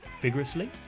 vigorously